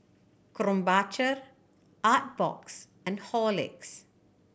Krombacher Artbox and Horlicks